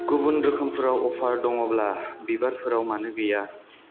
गुबुन रोखोमफोराव अफार दङब्ला बिबारफोराव मानो गैया